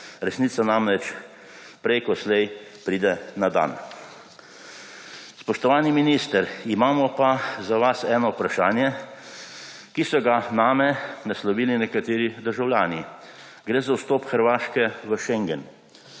Resnica namreč prejkoslej pride nadan. Spoštovani minister, imamo pa za vas eno vprašanje, ki so ga name naslovili nekateri državljani. Gre za vstop Hrvaške v schengen.